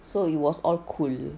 so it was all cool